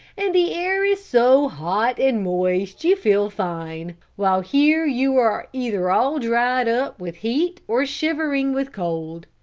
and the air is so hot and moist you feel fine, while here you are either all dried up with heat or shivering with cold.